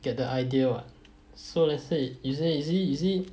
get the idea what so let's say you say you see you see